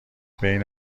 بین